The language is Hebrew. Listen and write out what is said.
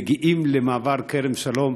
הכנסת מגיעה למעבר כרם שלום,